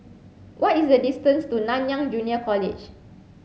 what is the distance to Nanyang Junior College